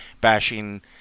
bashing –